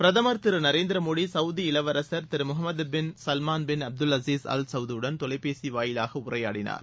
பிரதமர் திரு நரேந்திர மோடி சவுதி இளவரசர் திரு Mohammed bin Salman bin Abdul Aziz Al சவுதுடன் தொலைபேசி வாயிலாக உரையாடினார்